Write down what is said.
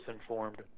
informed